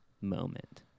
moment